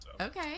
Okay